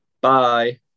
Bye